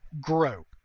grow